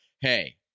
hey